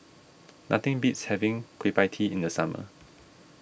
nothing beats having Kueh Pie Tee in the summer